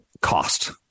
cost